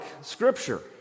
Scripture